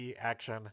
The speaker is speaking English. action